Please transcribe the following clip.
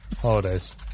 holidays